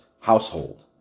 household